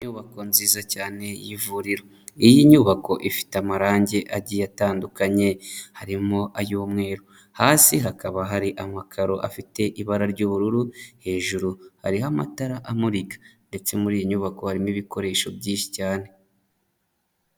Inyubako nziza cyane y'ivuriro iyi nyubako ifite amarangi agiye atandukanye harimo ay'umweru, hasi hakaba hari amakaro afite ibara ry'ubururu hejuru hariho amatara amurika, ndetse muri iyi nyubako harimo ibikoresho byinshi cyane.